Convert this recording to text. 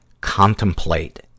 contemplate